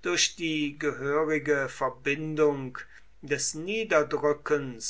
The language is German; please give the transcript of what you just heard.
durch die gehörige verbindung des niederdrückens